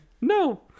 No